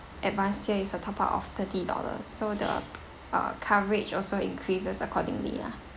advance tier is a top up of thirty dollars so the uh coverage also increases accordingly lah